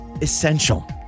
essential